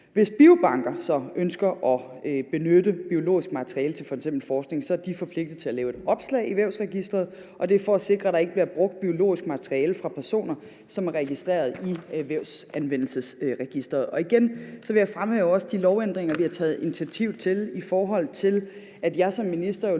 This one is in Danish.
Hvis biobanker så ønsker at benytte biologisk materiale til f.eks. forskning, er de forpligtet til at lave et opslag i Vævsanvendelsesregisteret. Det er for at sikre, at der ikke bliver brugt biologisk materiale fra personer, som er registreret i Vævsanvendelsesregisteret. Igen vil jeg fremhæve også de lovændringer, vi har taget initiativ til, i forhold til at jeg som minister jo